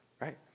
right